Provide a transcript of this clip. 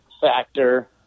factor